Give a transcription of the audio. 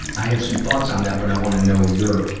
i have some thoughts on that, but i wanna know your,